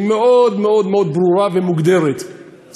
היא ברורה ומוגדרת מאוד מאוד.